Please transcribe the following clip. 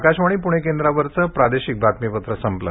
आकाशवाणी पृणे केंद्रावरचं प्रादेशिक बातमीपत्र संपलं